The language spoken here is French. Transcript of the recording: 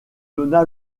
donna